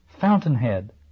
fountainhead